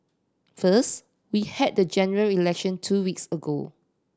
first we had the General Election two weeks ago